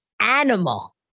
animal